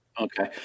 Okay